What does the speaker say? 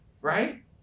Right